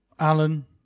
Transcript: Alan